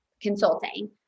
consulting